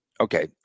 okay